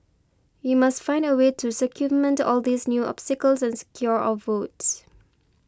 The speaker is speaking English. we must find a way to circumvent all these new obstacles and secure our votes